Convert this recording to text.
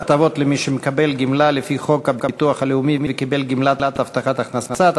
הטבות למי שמקבל גמלה לפי חוק הביטוח הלאומי וקיבל גמלת הבטחת הכנסה),